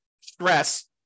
stress